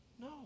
No